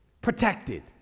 protected